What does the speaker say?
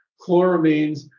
chloramines